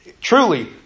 truly